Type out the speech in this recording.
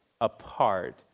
apart